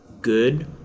good